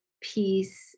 peace